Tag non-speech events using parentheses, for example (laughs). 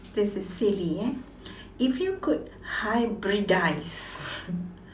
this is silly eh if you could hybridise (laughs)